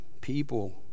people